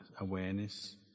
awareness